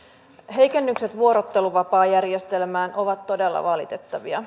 heikennykset vuorotteluvapaajärjestelmään ovat todella valitettavia